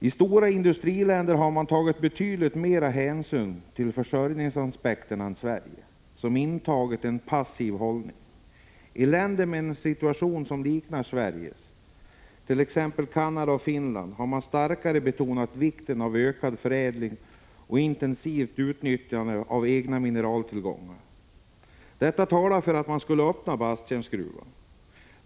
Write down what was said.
De stora industriländerna har tagit betydligt mer hänsyn till försörjningsaspekten än Sverige, som har intagit en passiv hållning. I länder med en situation som liknar Sveriges — t.ex. Canada och Finland — har man starkare betonat vikten av ökad förädling och intensivt utnyttjande av egna mineraltillgångar. Detta talar för att man skulle öppna Basttjärnsgruvan.